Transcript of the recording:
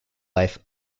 life